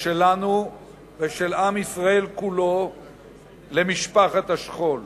שלנו ושל עם ישראל כולו למשפחת השכול.